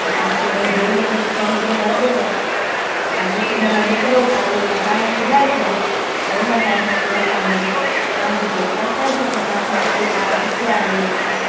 पोइ तव्हांखे भई जेड़ीअ रीति सम्झि में अचेव तव्हां केॾीमहिल निकिरो था उहो तव्हां टाइम ॿुधाए छॾियो त उन टाइम ते असां वरी तव्हांजे घर पहुचाए छ्ॾींदासीं जिथे तव्हां टिकिया आहियो उते